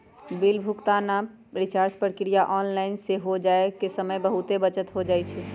bill भुगतान आऽ recharge प्रक्रिया ऑनलाइन हो जाय से समय के बहुते बचत हो जाइ छइ